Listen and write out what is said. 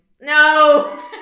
No